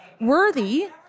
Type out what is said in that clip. worthy